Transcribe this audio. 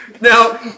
Now